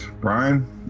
Brian